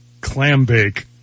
Clambake